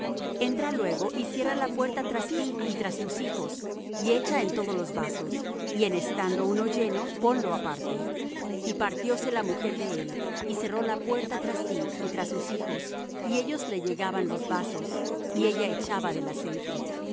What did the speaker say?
entra luego y cierra la puerta tras ti y tras tus hijos y echa en todos los vasos y en estando uno lleno ponlo aparte y partióse la mujer de él y cerró la puerta tras sí y tras sus hijos y ellos le llegaban los vasos y ella echaba del aceite y